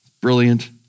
Brilliant